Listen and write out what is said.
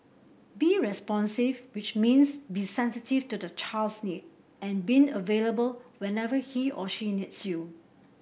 be responsive which means be sensitive to the child's need and being available whenever he or she needs you